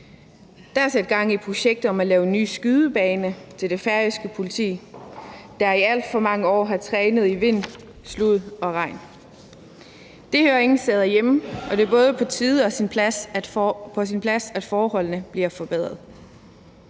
Der er sat gang i et projekt om at lave en ny skydebane til det færøske politi, der i alt for mange år har trænet i vind, slud og regn. Det hører ingen steder hjemme, og det er både på tide og på sin plads, at forholdene bliver forbedret.